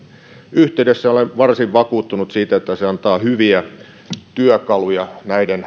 yhteydessä olen varsin vakuuttunut siitä että se antaa hyviä työkaluja